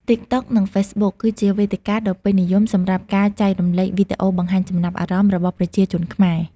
TikTok និង Facebook គឺជាវេទិកាដ៏ពេញនិយមសម្រាប់ការចែករំលែកវីដេអូបង្ហាញចំណាប់អារម្មណ៍របស់ប្រជាជនខ្មែរ។